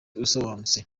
usobanutse